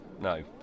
no